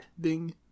Ding